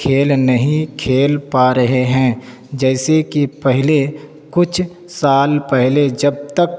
کھیل نہیں کھیل پا رہے ہیں جیسے کہ پہلے کچھ سال پہلے جب تک